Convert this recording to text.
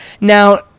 now